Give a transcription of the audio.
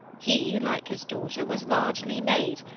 he, like his daughter, was largely made,